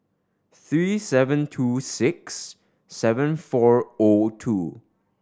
three seven two six seven four O two